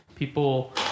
People